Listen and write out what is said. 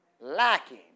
lacking